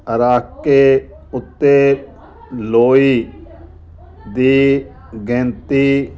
ਰੱਖ ਕੇ ਉੱਤੇ ਲੋਈ ਦੀ ਗੈਂਤੀ